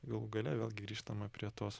galų gale vėl grįžtama prie tos